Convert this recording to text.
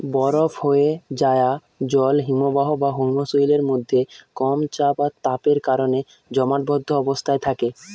বরফ হোয়ে যায়া জল হিমবাহ বা হিমশৈলের মধ্যে কম চাপ আর তাপের কারণে জমাটবদ্ধ অবস্থায় থাকে